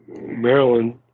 Maryland